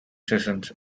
sessions